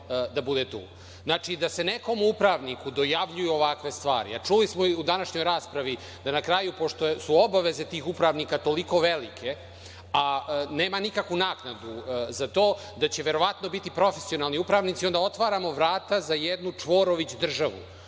da se nekom upravniku dojavljuju ovakve stvari, a čuli smo i u današnjoj raspravi, pošto su obaveze tih upravnika toliko velike, a nema nikakvu naknadu za to, da će verovatno biti profesionalni upravnici i onda otvaramo vrata za jednu čvorovićevsku državu